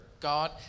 God